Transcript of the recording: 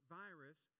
virus